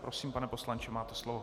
Prosím, pane poslanče, máte slovo.